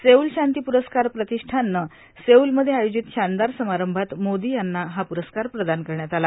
Seoul शांती प्रस्कार प्रतिष्ठाननं सेऊलमध्ये आयोजित शानदार समारंभात मोदी यांनी हा पुरस्कार प्रदान करण्यात आला